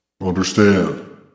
Understand